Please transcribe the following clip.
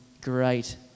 great